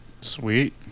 Sweet